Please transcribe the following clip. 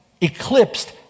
eclipsed